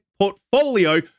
portfolio